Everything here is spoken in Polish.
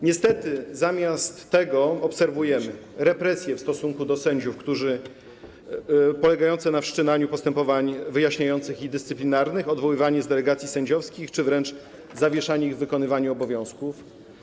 Niestety zamiast tego obserwujemy represje w stosunku do sędziów, polegające na wszczynaniu postępowań wyjaśniających i dyscyplinarnych, odwoływanie z delegacji sędziowskich czy wręcz zawieszanie ich w wykonywaniu obowiązków.